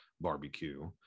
barbecue